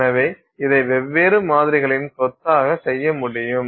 எனவே இதை வெவ்வேறு மாதிரிகளின் கொத்தாக செய்ய முடியும்